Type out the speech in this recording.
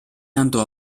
andò